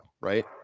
right